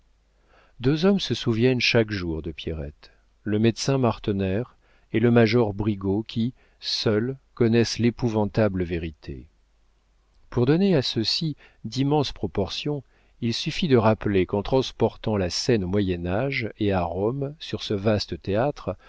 deux hommes se souviennent chaque jour de pierrette le médecin martener et le major brigaut qui seuls connaissent l'épouvantable vérité pour donner à ceci d'immenses proportions il suffit de rappeler qu'en transportant la scène au moyen-age et à rome sur ce vaste théâtre